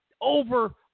over